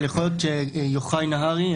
אבל יכול להיות שיוחאי נהרי,